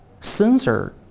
sensor